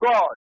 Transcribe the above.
God